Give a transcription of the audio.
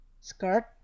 skirt